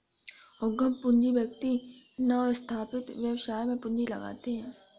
उद्यम पूंजी व्यक्ति नवस्थापित व्यवसाय में पूंजी लगाते हैं